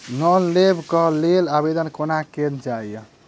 Loan लेबऽ कऽ लेल आवेदन कोना कैल जाइया?